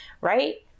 right